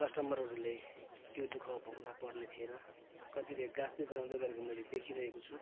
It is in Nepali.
कस्टमरहरूले त्यो दु ख भोग्नुपर्ने थिएन कतिले गाँस्दै जलाउँदै गरेको मैले देखिरहेको छु